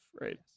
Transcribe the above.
right